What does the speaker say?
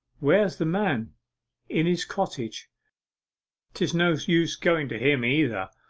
where's the man in his cottage tis no use going to him, either.